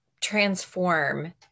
transform